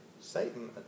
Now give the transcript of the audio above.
Satan